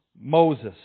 Moses